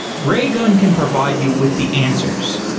raygun can provide you with the answers.